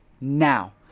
now